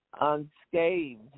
unscathed